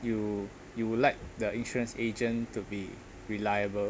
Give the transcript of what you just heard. you you would like the insurance agent to be reliable